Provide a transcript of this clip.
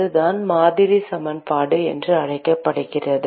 அதுதான் மாதிரி சமன்பாடு என்று அழைக்கப்படுகிறது